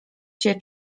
się